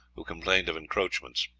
who complained of encroachments.